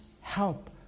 help